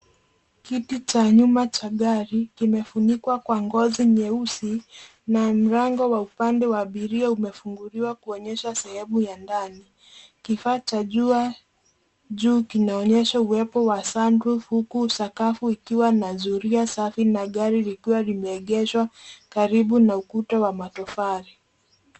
Kitu cha nyuma cha gari kimefunikwa kwa ngozi nyeusi na mlango wa upande wa abiria umefunguliwa kuonyesha sehemu ya ndani. Kifaa cha jua juu kinaonyesha uwepo wa sunroof huku sakafu ikiwa na zulia safi na gari likiwa limeegeshwa karibu na ukuta wa matofali.